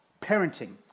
parenting